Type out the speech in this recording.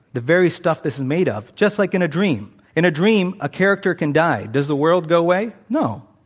the very stuff this is made of just like in a dream in a dream, a character can die. does the world go away? no.